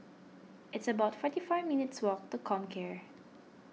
it's about forty four minutes' walk to Comcare